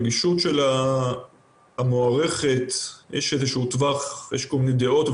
הרגישות המוערכת שלה יש כל מיני דעות,